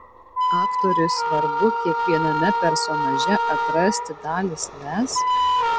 aktoriui svarbu kiekviename personaže atrasti dalį savęs